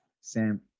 Sam